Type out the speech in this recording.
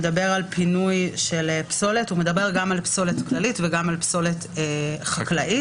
מדבר גם על פינוי פסולת כללית וגם על פסולת חקלאית.